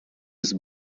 des